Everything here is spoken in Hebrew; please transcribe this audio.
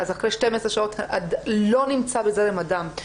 ואז אחרי 12 שעות לא נמצא בזרם הדם.